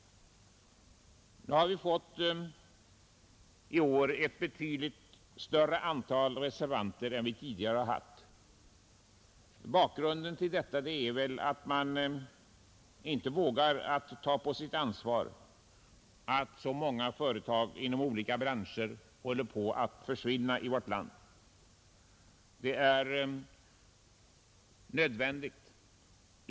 Vi har i år ett betydligt större antal reservanter än vi tidigare haft. Bakgrunden härtill är väl att man inte vågar ta på sitt ansvar att så många företag inom olika branscher i vårt land håller på att försvinna.